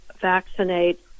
vaccinate